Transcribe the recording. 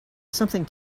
something